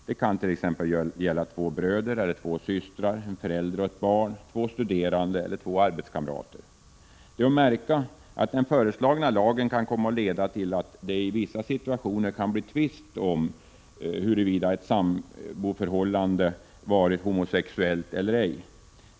Det kan t.ex. gälla två bröder eller två systrar, en förälder och ett barn, två studerande eller två arbetskamrater. Det är att märka att den föreslagna lagen kan komma att leda till att det i vissa situationer kan bli tvist om huruvida ett samboförhållande har varit homosexuellt eller ej.